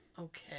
okay